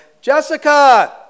Jessica